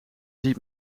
ziet